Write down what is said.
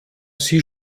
sie